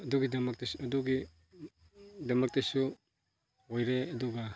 ꯑꯗꯨꯒꯤꯗꯃꯛꯇꯁꯨ ꯑꯣꯏꯔꯦ ꯑꯗꯨꯒ